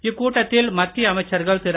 இக்கூட்டத்தில் மத்திய அமைச்சர்கள் திரு